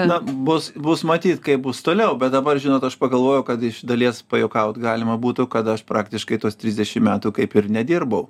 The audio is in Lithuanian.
na bus bus matyt kaip bus toliau bet dabar žinot aš pagalvojau kad iš dalies pajuokaut galima būtų kad aš praktiškai tuos trisdešim metų kaip ir nedirbau